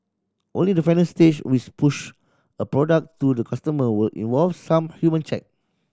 only the final stage which push a product to the customer will involve some human check